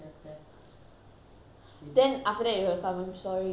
then after that he will come I'm sorry I'm so sorry